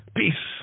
peace